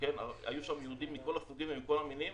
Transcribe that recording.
היו שם יהודים מכל החוגים ומכל המינים